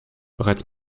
bereits